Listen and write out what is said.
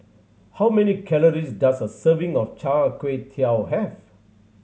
how many calories does a serving of Char Kway Teow have